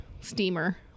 Steamer